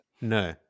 no